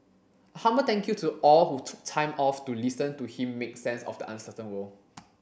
a humble thank you to all who took time off to listen to him make sense of the uncertain world